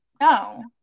No